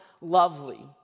lovely